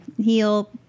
heal